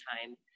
time